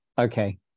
Okay